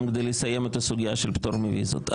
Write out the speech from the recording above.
כדי לסיים את הסוגיה של פטור מוויזות.